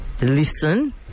listen